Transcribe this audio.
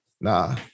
Nah